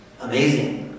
Amazing